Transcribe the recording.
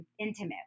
intimate